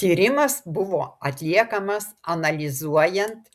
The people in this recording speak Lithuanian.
tyrimas buvo atliekamas analizuojant